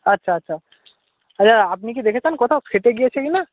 আচ্ছা আচ্ছা আচ্ছা আপনি কি দেখেছেন কোথাও ফেটে গিয়েছে কি না